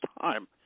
time